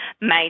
made